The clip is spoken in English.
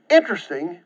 Interesting